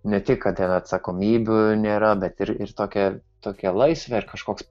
ne tik kad ten atsakomybių nėra bet ir ir tokia tokia laisvė ir kažkoks